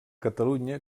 catalunya